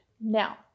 Now